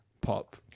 pop